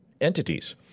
entities